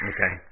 Okay